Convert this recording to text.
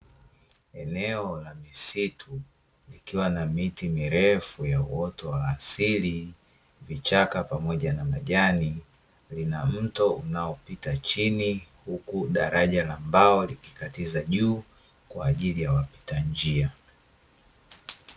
Eneo la misitu likiwa na miti mirefu ya uoto wa asili, vichaka pamoja na majani, lina mto unaopita chini huku daraja la mbao likikatiza juu kwaajili ya wapita njia.